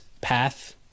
path